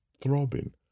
throbbing